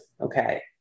Okay